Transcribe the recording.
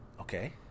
Okay